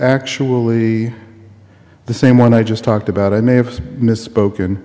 actually the same one i just talked about i may have misspoken